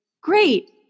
great